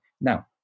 Now